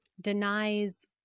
denies